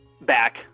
Back